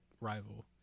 rival